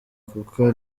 kuko